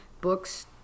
books